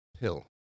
pill